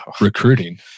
recruiting